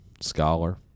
scholar